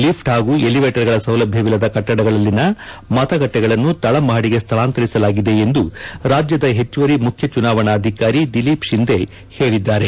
lift ಹಾಗೂ ಎಲಿವೇಟರ್ಗಳ ಸೌಲಭ್ಯವಿಲ್ಲದ ಕಟ್ಟಡಗಳಲ್ಲಿನ ಮತಗಟ್ಟೆಗಳನ್ನು ತಳಮಹಡಿಗೆ ಸ್ಥಳಾಂತರಿಸಲಾಗಿದೆ ಎಂದು ರಾಜ್ಯದ ಹೆಚ್ಚುವರಿ ಮುಖ್ಯಚುನಾವಣಾಧಿಕಾರಿ ದಿಲೀಪ್ ಸಿಂಧೆ ಹೇಳಿದ್ದಾರೆ